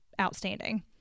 outstanding